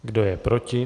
Kdo je proti?